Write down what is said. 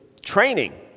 training